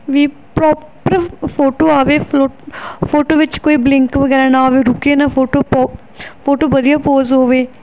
ਵੀ proper photo ਆਵੇ ਫਲੋ photo ਵਿੱਚ ਕੋਈ ਬਲਿੰਕ ਵਗੈਰਾ ਨਾ ਹੋਵੇ ਰੁਕੇ ਨਾ ਫੋਟੋ ਪੋ ਫੋਟੋ ਵਧੀਆ ਪੋਜ ਹੋਵੇ